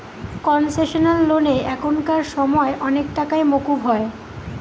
concessional লোনে এখানকার সময় অনেক টাকাই মকুব হয়